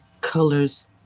colors